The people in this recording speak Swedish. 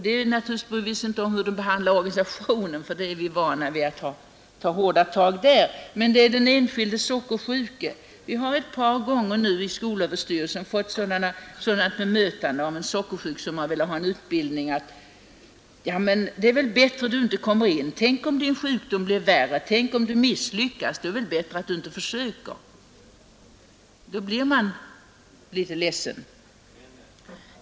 Vi bryr oss inte om hur de behandlar organisationen, ty vi är vana vid hårda tag där, men här gäller det den enskilde sockersjuke. Skolöverstyrelsen har ett par gånger givit sockersjuka ett tråkigt bemötande. En sockersjuk, som velat ha en utbildning, har fått svaret: ”Det är väl bättre att du inte kommer in. Tänk om sjukdomen blir värre. Tänk om du misslyckas. Då är det väl bättre att du inte försöker.” Då blir man litet ledsen.